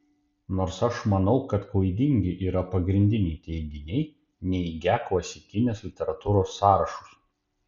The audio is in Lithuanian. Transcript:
nors aš manau kad klaidingi yra pagrindiniai teiginiai neigią klasikinės literatūros sąrašus